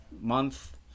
month